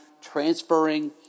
transferring